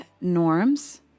norms